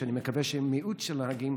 שאני מקווה שהם מיעוט של הנהגים,